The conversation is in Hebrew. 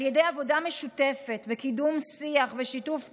על ידי עבודה משותפת וקידום שיח ושיתוף פעולה,